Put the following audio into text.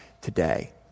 today